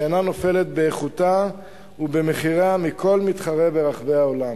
שאינה נופלת באיכותה ובמחיריה מכל מתחרה ברחבי העולם.